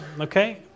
okay